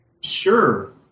sure